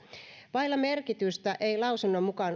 vailla merkitystä ei lausunnon mukaan